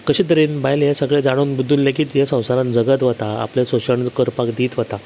कशे तरेन बायल हें सगलें जाणून बुदून लेगीत ह्या संवसारान जगत वता आपलें शोशण करपाक दीत वता